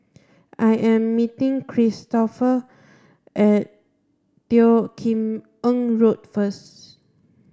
I am meeting Kristoffer at Teo Kim Eng Road first